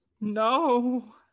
No